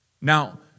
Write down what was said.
Now